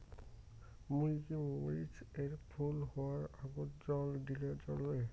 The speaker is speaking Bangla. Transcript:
মুই কি মরিচ এর ফুল হাওয়ার আগত জল দিলে চলবে?